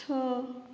ଛଅ